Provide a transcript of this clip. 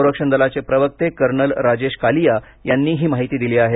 संरक्षण दलाचे प्रवक्ते कर्नल राजेश कालिया यांनी ही माहिती दिली आहे